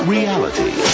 Reality